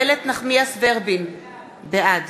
בעד